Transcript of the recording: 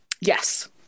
yes